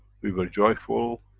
we were joyful,